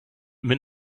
mit